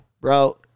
bro